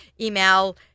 email